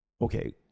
Okay